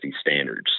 standards